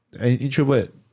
introvert